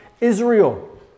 Israel